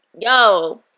yo